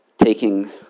taking